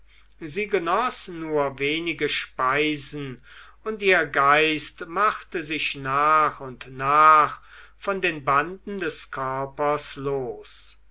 sie genoß nur wenige speisen und ihr geist machte sich nach und nach von den banden des körpers los